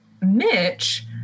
Mitch